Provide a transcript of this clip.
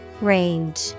Range